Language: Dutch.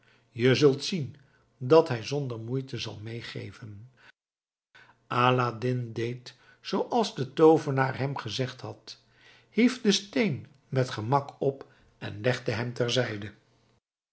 je zult zien dat hij zonder moeite zal meegeven aladdin deed zooals de toovenaar hem gezegd had hief den steen met gemak op en legde hem